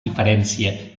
diferència